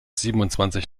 siebenundzwanzig